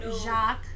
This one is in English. Jacques